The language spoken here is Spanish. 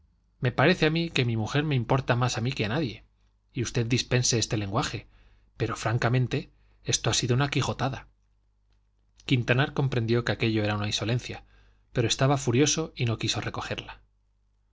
me parece a mí que mi mujer me importa más a mí que a nadie y usted dispense este lenguaje pero francamente esto ha sido una quijotada quintanar comprendió que aquello era una insolencia pero estaba furioso y no quiso recogerla